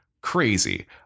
crazy